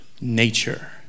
nature